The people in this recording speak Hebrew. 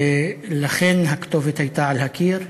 ולכן, הכתובת הייתה על הקיר.